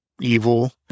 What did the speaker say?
evil